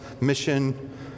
mission